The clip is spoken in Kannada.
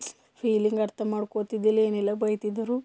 ಫೀಲಿಂಗ್ ಅರ್ಥ ಮಾಡ್ಕೊಳ್ತಿದಿಲ್ಲ ಏನಿಲ್ಲ ಬೈತಿದ್ರು